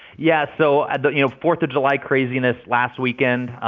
yeah. so, and you know, fourth of july craziness last weekend.